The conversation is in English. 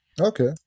Okay